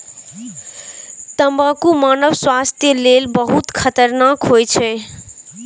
तंबाकू मानव स्वास्थ्य लेल बहुत खतरनाक होइ छै